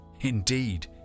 Indeed